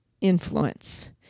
influence